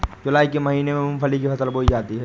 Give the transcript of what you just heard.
जूलाई के महीने में मूंगफली की फसल बोई जाती है